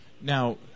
Now